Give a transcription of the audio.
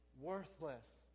worthless